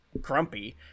grumpy